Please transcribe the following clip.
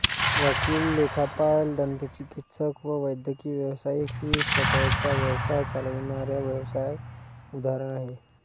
वकील, लेखापाल, दंतचिकित्सक व वैद्यकीय व्यावसायिक ही स्वतः चा व्यवसाय चालविणाऱ्या व्यावसाय उदाहरण आहे